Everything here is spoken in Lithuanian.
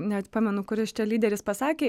net pamenu kuris čia lyderis pasakė